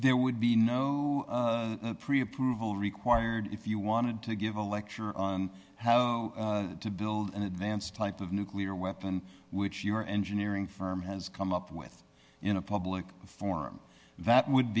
there would be no pre approval required if you wanted to give a lecture on how to build an advanced type of nuclear weapon which your engineering firm has come up with in a public forum that would